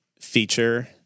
feature